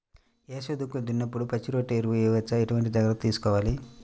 వేసవి దుక్కులు దున్నేప్పుడు పచ్చిరొట్ట ఎరువు వేయవచ్చా? ఎటువంటి జాగ్రత్తలు తీసుకోవాలి?